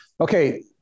Okay